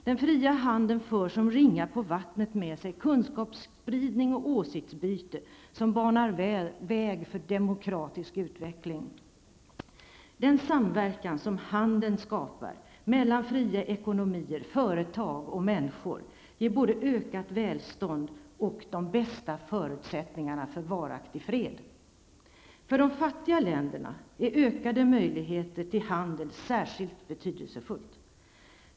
Den fria handeln för som ringar på vattnet med sig kunskapsspridning och åsiktsutbyte som banar väg för demokratisk utveckling. Den samverkan som handeln skapar mellan fria ekonomier, företag och människor ger både ökat välstånd och de bästa förutsättningarna för varaktig fred. För de fattiga länderna är ökade möjligheter till handel särskilt betydelsefullt.